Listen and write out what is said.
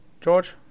George